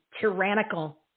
tyrannical